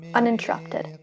uninterrupted